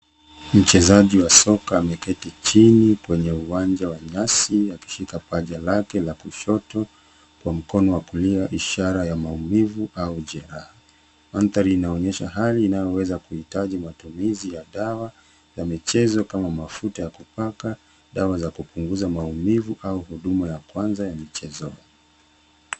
Mchezaji wa soka ameketi chini kwenye uwanja wa nyasi akishika paja lake la kushoto kwa mkono wa kulia ishara ya maumivu au jeraha. Mandhari inaonyesha hali inayoweza kuhitaji matumizi ya dawa ya michezo kama mafuta ya kupaka, dawa za kupunguza maumivu au huduma ya kwanza ya michezoni.